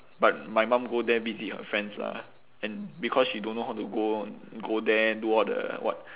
but my mum go there visit her friends lah and because she don't know how to go go there do all the what